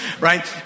right